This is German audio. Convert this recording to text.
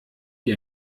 wie